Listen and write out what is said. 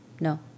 No